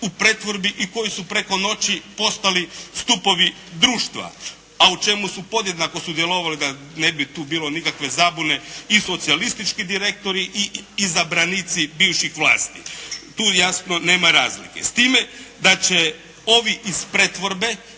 u pretvorbi i koji su preko noći postali stupovi društva a u čemu su podjednako sudjelovali, da ne bi tu bilo nikakve zabune i socijalistički direktori i izabranici bivših vlasti. Tu jasno nema razlike, s time da će ovi iz pretvorbe